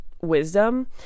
wisdom